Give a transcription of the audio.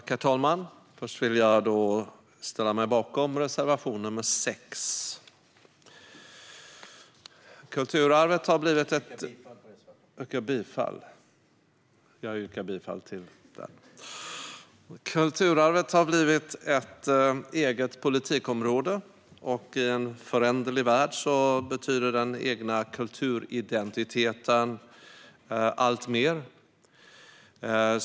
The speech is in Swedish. Herr talman! Jag yrkar bifall till reservation nr 6. Kulturarvet har blivit ett eget politikområde, och i en föränderlig värld betyder den egna kulturidentiteten alltmer.